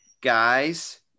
Guys